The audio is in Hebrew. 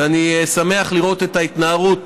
ואני שמח לראות את ההתנערות